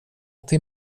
till